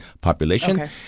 population